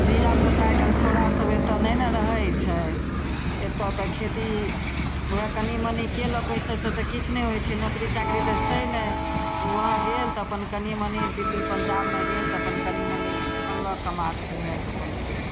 धिआपुता आइ काल्हि छौँड़ासभ एतऽ नहि ने रहै छै एतऽ तऽ खेती वएह कनि मनि कएलक ओहिसबसे तऽ किछु नहि होइ छै नोकरी चाकरी तऽ छै नहि तऽ वहाँ गेल तऽ अपन कनि मनि दिल्ली पन्जाबमे गेल तऽ अपन कनि मनि अनलक कमाके तऽ वएहसे अपन कएलक